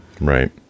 Right